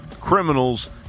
criminals